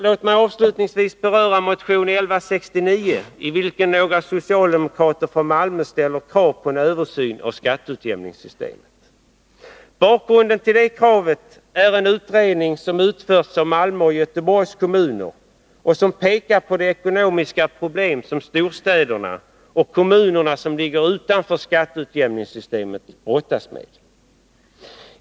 Låt mig avslutningsvis beröra motion 1169, i vilken några socialdemokrater från Malmö ställer krav på en översyn av skatteutjämningssystemet. Bakgrunden till kravet är en utredning som utförts av Malmö och Göteborgs kommuner och som pekar på de ekonomiska problem som storstäderna och de kommuner som ligger utanför skatteutjämningssystemet brottas med.